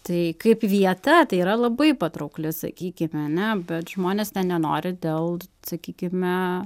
tai kaip vieta tai yra labai patraukli sakykim ane bet žmonės nenori dėl sakykime